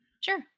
sure